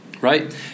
Right